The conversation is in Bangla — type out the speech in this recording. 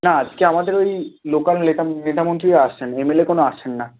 না আজকে আমাদের ওই লোকাল নেতা মন্ত্রীরা আসছেন এম এল এ কোনো আসছেন না